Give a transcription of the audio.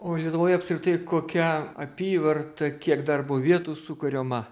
o lietuvoj apskritai kokia apyvarta kiek darbo vietų sukuriama